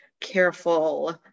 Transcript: careful